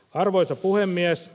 arvoisa puhemies